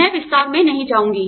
मैं विस्तार में नहीं जाऊंगी